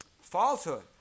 falsehood